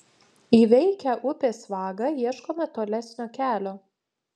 įveikę upės vagą ieškome tolesnio kelio